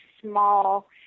small